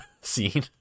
scene